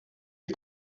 les